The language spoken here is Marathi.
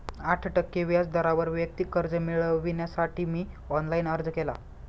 आठ टक्के व्याज दरावर वैयक्तिक कर्ज मिळविण्यासाठी मी ऑनलाइन अर्ज केला